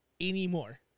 anymore